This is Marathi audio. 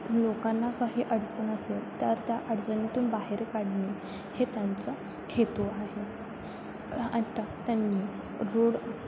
लोकांना काही अडचण असेल तर त्या अडचणीतून बाहेर काढणे हे त्यांचा हेतू आहे आत्ता त्यांनी रोड